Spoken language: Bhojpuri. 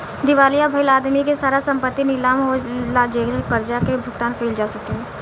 दिवालिया भईल आदमी के सारा संपत्ति नीलाम होला जेसे कर्जा के भुगतान कईल जा सके